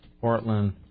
Portland